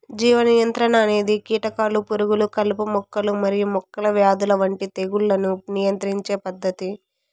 జీవ నియంత్రణ అనేది కీటకాలు, పురుగులు, కలుపు మొక్కలు మరియు మొక్కల వ్యాధుల వంటి తెగుళ్లను నియంత్రించే పద్ధతి